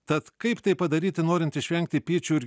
tad kaip tai padaryti norint išvengti pyčių ir